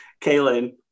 Kaylin